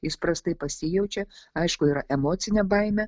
jis prastai pasijaučia aišku yra emocinė baimė